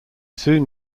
soon